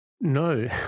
No